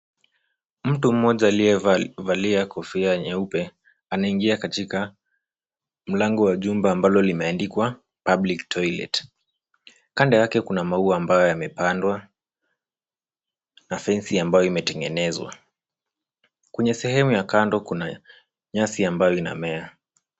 Mtu mmoja aliyevalia kofia nyeupe anaingia katika mlango wa jumba ambalo limeandikwa public toilet . Kando yake kuna maua ambayo yamepandwa na fensi ambayo imetengenezwa . Kwenye sehemu ya kando kuna nyasi ambayo inamea.